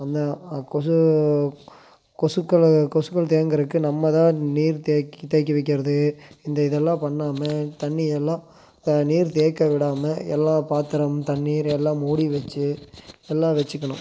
அந்த கொசு கொசுக்களை கொசுக்கள் தேங்குகிறக்கு நம்ம தான் நீர் தேக்கி தேக்கி வைக்கிறது இந்த இதெல்லாம் பண்ணாமல் தண்ணியெல்லாம் நீர் தேக்க விடாமல் எல்லா பாத்திரம் தண்ணீர் எல்லாம் மூடி வச்சு நல்லா வச்சுக்கணும்